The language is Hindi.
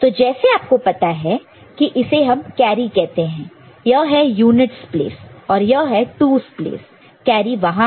तो जैसे आपको पता है इसे हम कैरी कहते हैं यह है यूनिटस प्लेस और यह है 2's place 2's place carry वहां है